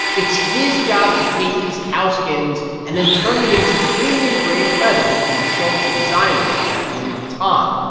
it's his job to take these cow skins and then turn them into premium-grade leather that can be sold to designers like louis vuitton,